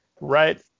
Right